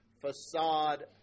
Facade